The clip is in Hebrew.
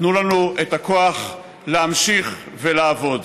תנו לנו את הכוח להמשיך ולעבוד.